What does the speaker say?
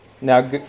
Now